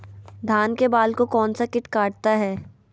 धान के बाल को कौन सा किट काटता है?